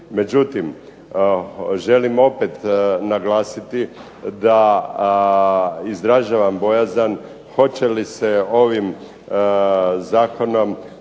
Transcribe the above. Međutim, želim opet naglasiti da izražavam bojazan hoće li se ovim zakonom